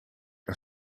een